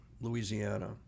Louisiana